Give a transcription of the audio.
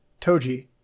Toji